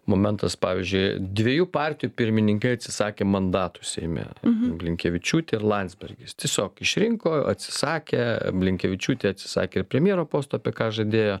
momentas pavyzdžiui dviejų partijų pirmininkai atsisakė mandatų seime blinkevičiūtė ir landsbergis tiesiog išrinko atsisakė blinkevičiūtė atsisakė premjero posto apie ką žadėjo